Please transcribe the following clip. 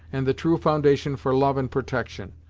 and the true foundation for love and protection.